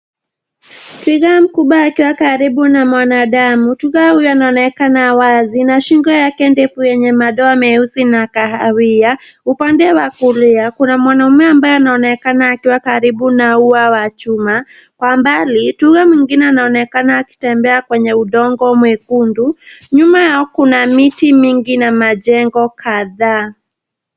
Twiga mkubwa akiwa karibu na mwanadamu. Twiga huyo anaonekana wazi na shingo yake ndefu yenye madoa meusi na kahawia. Upande wa kulia, kuna mwanaume ambaye anaonekana akiwa karibu na ua wa chuma. Kwa mbali, twiga mwingine anaonekana akitembea kwenye udongo mwekundu. Nyuma yao kuna miti mingi na majengo kadhaa.